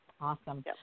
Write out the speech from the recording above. Awesome